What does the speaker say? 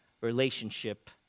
relationship